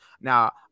Now